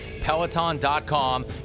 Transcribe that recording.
Peloton.com